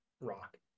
rock